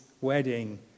wedding